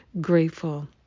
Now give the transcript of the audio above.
grateful